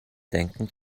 denken